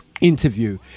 Interview